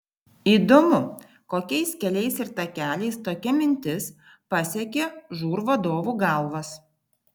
įdomu kokiais keliais ir takeliais tokia mintis pasiekė žūr vadovų galvas